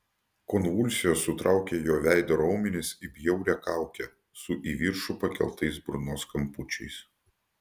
konvulsijos sutraukė jo veido raumenis į bjaurią kaukę su į viršų pakeltais burnos kampučiais